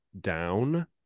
Down